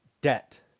debt